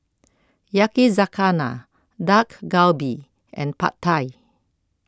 Yakizakana Dak Galbi and Pad Thai